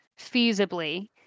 feasibly